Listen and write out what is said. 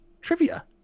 trivia